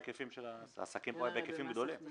העסקים פה בהיקפים גדולים.